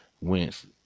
Wentz